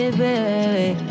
baby